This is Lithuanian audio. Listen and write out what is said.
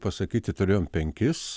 pasakyti turėjom penkis